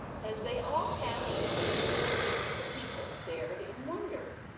as they all passed through the streets the people stared in wonder,